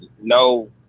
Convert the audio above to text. no